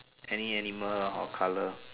any animal lah or colour